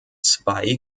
zwei